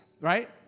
right